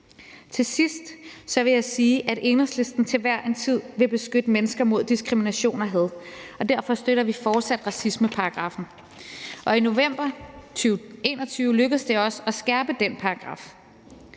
Til sidst vil jeg sige, at Enhedslisten til hver en tid vil beskytte mennesker mod diskrimination og had, og derfor støtter vi fortsat racismeparagraffen, og i november 2021 lykkedes det os at skærpe den paragraf.